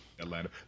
Atlanta